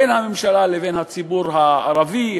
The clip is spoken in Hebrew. בין הממשלה לבין הציבור הערבי,